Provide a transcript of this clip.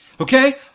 Okay